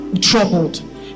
troubled